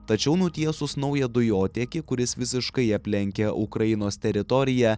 tačiau nutiesus naują dujotiekį kuris visiškai aplenkia ukrainos teritoriją